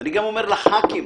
ואני אומר גם לח"כים,